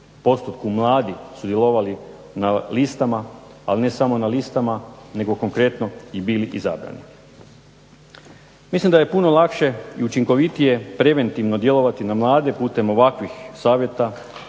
postotku mladi sudjelovali na listama, ali ne samo na listama nego konkretno i bili i izabrani. Mislim da je puno lakše i učinkovitije preventivno djelovati na mlade putem ovakvih savjeta,